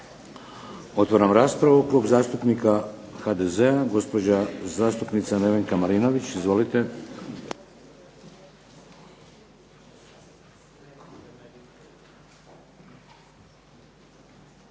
Otvaram raspravu. Klub zastupnika HDZ-a, gospođa zastupnica Nevenka Marinović. Izvolite.